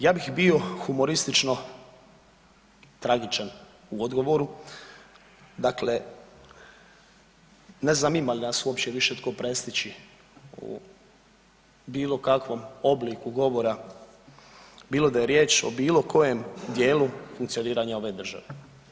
Ja bih bio humoristično tragičan u odgovoru, dakle ne znam ima li nas uopće više tko prestići u bilo kakvom obliku govora, bilo da je riječ o bilo kojem dijelu funkcioniranja ove države.